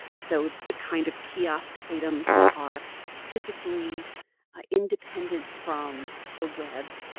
so the kind of kiosk items that are physically ah independent from the web